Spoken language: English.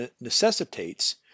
necessitates